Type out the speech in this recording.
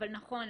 אבל נכון,